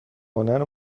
هنر